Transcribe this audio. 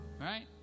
Right